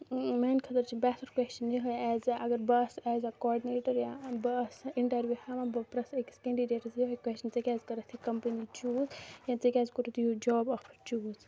میانہِ خٲطر چھُ بہتر کوسچن یِہے ایز اے اَگر بہٕ آسہٕ ایز اے کاڈنیٹر یا بہٕ آسہٕ اِنٹرویو ہیٚوان بہٕ پرٛژھہٕ أکِس کینڈِڈیٹَس یِہے کوسچن ژےٚ کیازِ کٔرٕتھ یہِ کَمپٔنی چوٗز یا ژےٚ کیازِ کوٚرُتھ یہِ جاب آفر چوٗز